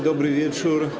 Dobry wieczór!